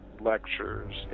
lectures